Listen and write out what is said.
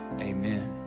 amen